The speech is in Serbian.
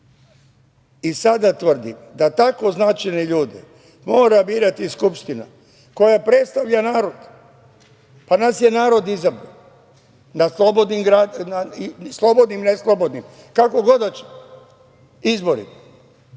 i sada tvrdim da tako značajne ljude mora birati Skupština koja predstavlja narod, pa nas je narod izabrao na slobodnim i ne slobodnim, kako god hoćemo, izborima,